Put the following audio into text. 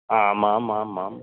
आमामामां